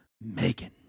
Megan